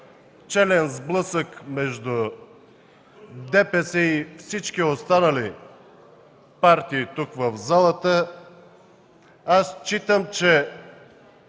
челен сблъсък между ДПС и всички останали партии в залата, аз считам, че